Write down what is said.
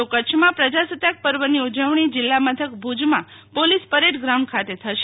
તો કચ્છમાં પ્રજાસત્તાક પર્વની ઉજવણી જીલ્લા મથક ભુજમાં પોલીસ પરેડ ગ્રાઉન્ડ ખાતે થશે